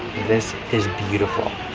this is beautiful!